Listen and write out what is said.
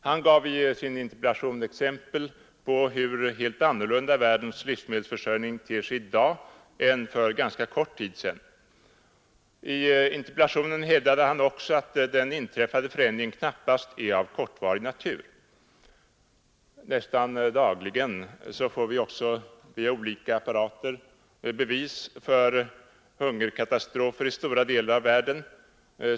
Han gav i sin interpellation exempel på hur helt annorlunda världens livsmedelsförsörjning ter sig i dag än för kort tid sedan. I interpellationen hävdade han också att den inträffade förändringen knappast är av kortvarig natur. Nästan dagligen får vi också via olika media bevis för hungerkatastrofer i stora delar av världen.